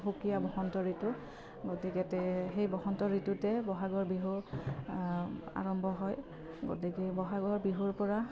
সুকীয়া বসন্ত ঋতু গতিকে তে সেই বসন্ত ঋতুতে বহাগৰ বিহু আৰম্ভ হয় গতিকে বহাগৰ বিহুৰ পৰা